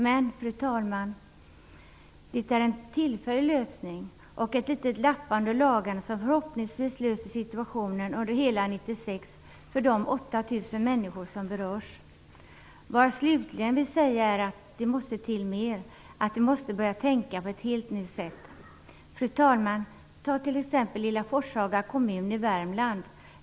Men, fru talman, det är en tillfällig lösning, litet av lappande och lagande, som förhoppningsvis klarar situationen under hela 1996 Jag vill slutligen säga att det måste till mer, att vi måste börja tänka på ett helt nytt sätt. Fru talman! Ta t.ex. lilla Forshaga kommun i Värmland!